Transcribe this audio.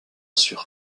sur